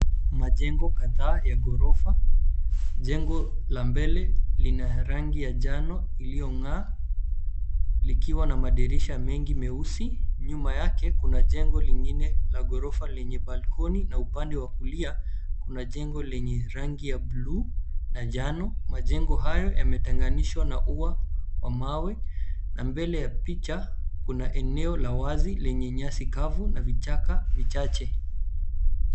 Majengo kadhaa ya ghorofa. Jengo ya mbele lina rangi ya njano iliyong'aa likiwa na madirisha mengi meusi. Nyuma yake kuna jengo lingine la ghorofa lenye [sc]balkoni na upande wa kulia kuna jengo lenye rangi ya blue na njano. Majengo hayo yametenganishwa na ua wa mawe na mbele ya picha kuna eneo la wazi lenye nyasi kavu na vichaka vichache.